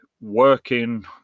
working